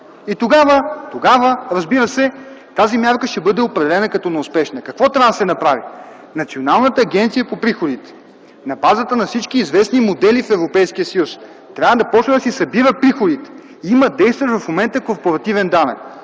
Тогава, разбира се, тази мярка ще бъде определена като неуспешна. Какво трябва да се направи? Националната агенция по приходите на базата на всички известни модели в Европейския съюз трябва да започне да си събира приходите. В момента има действащ корпоративен данък.